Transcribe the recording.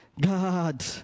God